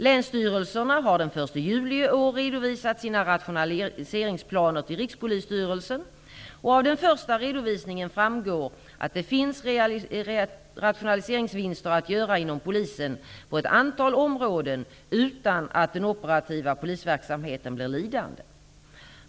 Länsstyrelserna har den Rikspolisstyrelsen, och av den första redovisningen framgår att det finns rationaliseringsvinster att göra inom polisen på ett antal områden utan att den operativa polisverksamheten blir lidande.